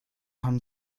haben